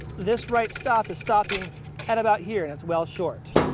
this right stop is stopping at about here and it's well short.